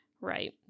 Right